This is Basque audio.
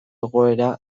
egoera